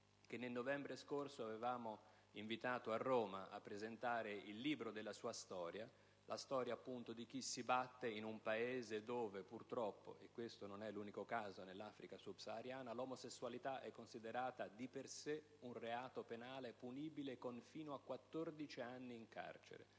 che nel novembre scorso avevamo invitato a Roma per presentare il libro sulla sua storia: la storia - appunto - di chi si batte in un Paese dove, purtroppo (non si tratta dell'unico caso nell'Africa sub-sahariana), l'omosessualità è considerata di per sé un reato, punibile con la reclusione